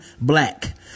black